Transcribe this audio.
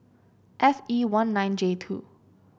F E one nine J two